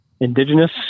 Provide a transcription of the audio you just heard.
indigenous